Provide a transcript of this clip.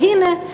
והנה,